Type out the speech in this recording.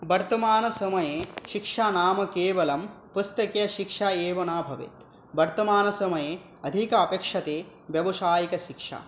वर्तमानसमये शिक्षा नाम केवलं पुस्तकीयशिक्षा एव न भवेत् वर्तमानसमये अधिका अपेक्ष्यते व्यावसायिकशिक्षा